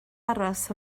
aros